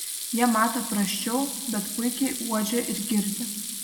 jie mato prasčiau bet puikiai uodžia ir girdi